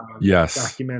Yes